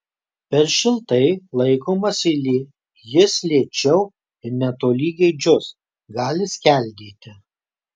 per šiltai laikomas jis lėčiau ir nelygiai džius gali skeldėti